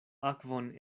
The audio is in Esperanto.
akvon